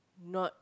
not